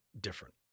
different